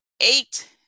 eight